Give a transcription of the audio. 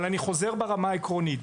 אבל אני חוזר ברמה העקרונית,